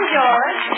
George